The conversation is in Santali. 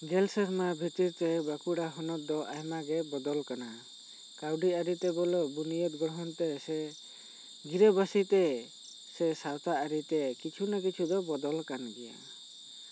ᱜᱮᱞ ᱥᱮᱨᱢᱟ ᱵᱷᱤᱛᱤᱨ ᱛᱮ ᱵᱟᱸᱠᱩᱲᱟ ᱦᱚᱱᱚᱛᱚ ᱫᱚ ᱟᱭᱢᱟ ᱜᱮ ᱵᱚᱫᱚᱞ ᱟᱠᱟᱱᱟ ᱠᱟᱹᱣᱰᱤ ᱟᱹᱨᱤ ᱛᱮ ᱵᱚᱞᱚ ᱵᱩᱱᱟᱹᱭᱟᱹᱫ ᱜᱚᱲᱦᱚᱱ ᱛᱮ ᱥᱮ ᱜᱤᱨᱟᱹ ᱵᱟᱹᱥᱤ ᱛᱮ ᱥᱮ ᱥᱟᱶᱛᱟ ᱟᱹᱨᱤ ᱛᱮ ᱠᱤᱪᱷᱩᱱᱟ ᱠᱤᱪᱷᱩ ᱫᱚ ᱵᱚᱫᱚᱞ ᱟᱠᱟᱱ ᱜᱮᱭᱟ